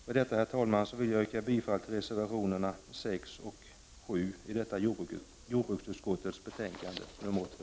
Med detta vill jag yrka bifall till reservationerna 6 och 7 i jordbruksutskottets betänkande nr 2.